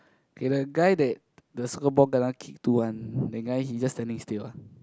K the guy that the soccer ball kena kick to one that guy he just standing still